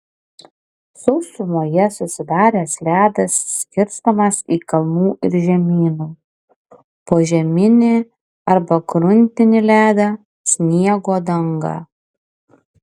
sausumoje susidaręs ledas skirstomas į kalnų ir žemynų požeminį arba gruntinį ledą sniego dangą